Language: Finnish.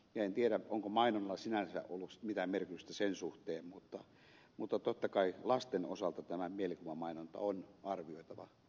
en tiedä onko mainonnalla sinänsä ollut mitään merkitystä sen suhteen mutta totta kai lasten osalta tämä mielikuvamainonta on arvioitava uudelleen